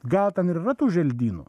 gal ten ir yra tų želdynų